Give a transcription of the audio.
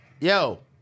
yo